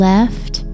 Left